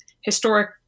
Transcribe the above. historic